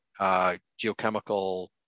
geochemical